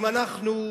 אם אנחנו,